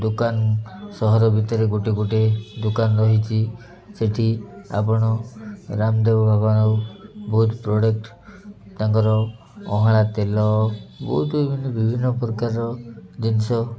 ଦୋକାନ ସହର ଭିତରେ ଗୋଟେ ଗୋଟେ ଦୋକାନ ରହିଚି ସେଇଠି ଆପଣ ରାମଦେବ ବାବା ବହୁତ ପ୍ରଡ଼କ୍ଟ ତାଙ୍କର ଅଁଳା ତେଲ ବହୁତ ବିଭିନ୍ନ ପ୍ରକାରର ଜିନିଷ